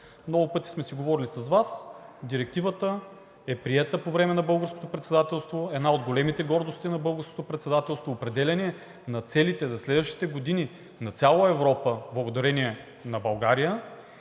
Много пъти сме си говорили с Вас, Директивата е приета по време на Българското председателство, една от големите гордости на Българското председателство – определение на целите за следващите години на цяла Европа благодарение на България.